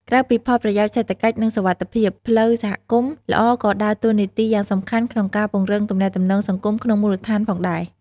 ក្រៅពីផលប្រយោជន៍សេដ្ឋកិច្ច និងសុវត្ថិភាព ផ្លូវសហគមន៍ល្អក៏ដើរតួនាទីយ៉ាងសំខាន់ក្នុងការពង្រឹងទំនាក់ទំនងសង្គមក្នុងមូលដ្ឋានផងដែរ។